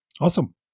awesome